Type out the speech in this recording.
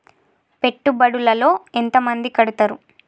పెట్టుబడుల లో ఎంత మంది కడుతరు?